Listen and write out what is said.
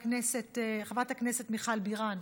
חברת הכנסת מיכל בירן,